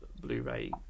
Blu-ray